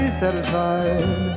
satisfied